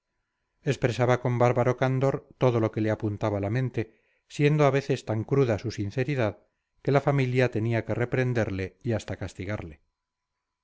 expresaba con bárbaro candor todo lo que le apuntaba la mente siendo a veces tan cruda su sinceridad que la familia tenía que reprenderle y hasta castigarle